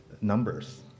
numbers